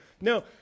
no